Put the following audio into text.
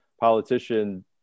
politician